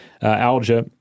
algae